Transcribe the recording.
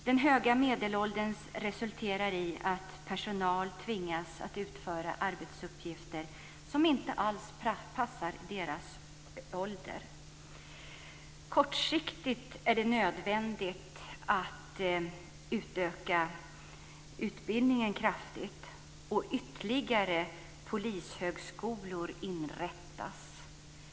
Den höga medelåldern resulterar i att poliser tvingas utföra arbetsuppgifter som inte alls passar för deras ålder. Kortsiktigt är det nödvändigt att utöka utbildningen kraftigt och att inrätta ytterligare polishögskolor.